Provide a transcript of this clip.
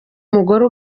umugore